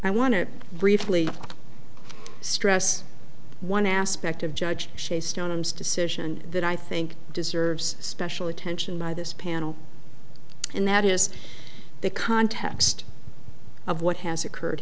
i want to briefly stress one aspect of judge shays stones decision that i think deserves special attention by this panel and that is the context of what has occurred